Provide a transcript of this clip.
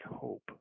hope